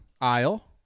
aisle